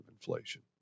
inflation